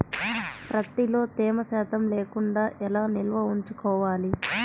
ప్రత్తిలో తేమ శాతం లేకుండా ఎలా నిల్వ ఉంచుకోవాలి?